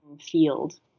field